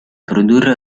produrre